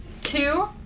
two